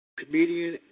comedian